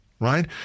Right